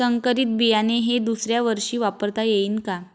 संकरीत बियाणे हे दुसऱ्यावर्षी वापरता येईन का?